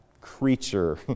creature